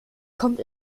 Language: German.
kommt